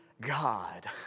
God